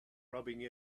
rubbing